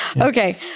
Okay